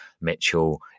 Mitchell